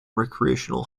recreational